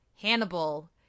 Hannibal